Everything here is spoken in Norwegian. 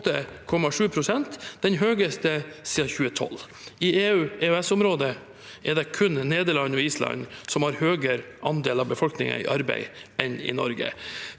68,7 pst., den høyeste siden 2012. I EU/EØS-området er det kun Nederland og Island som har en høyere andel av befolkningen i arbeid enn Norge.